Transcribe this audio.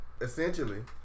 essentially